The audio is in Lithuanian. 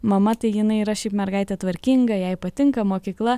mama tai jinai yra šiaip mergaitė tvarkinga jai patinka mokykla